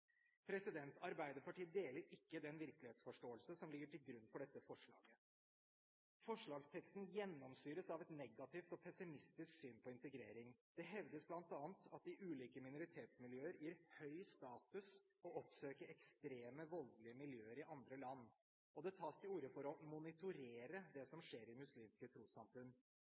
Arbeiderpartiet deler ikke den virkelighetsforståelse som ligger til grunn for dette forslaget. Forslagsteksten gjennomsyres av et negativt og pessimistisk syn på integrering. Det hevdes bl.a. at det i ulike minoritetsmiljøer gir «høy status å oppsøke ekstreme, voldelige miljøer i andre land», og det tas til orde for å «monitorere» det som skjer i muslimske trossamfunn.